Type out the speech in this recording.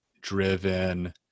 driven